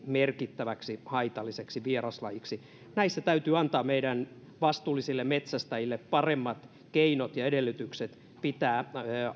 merkittäväksi haitalliseksi vieraslajiksi näissä täytyy antaa meidän vastuullisille metsästäjille paremmat keinot ja edellytykset pitää